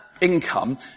income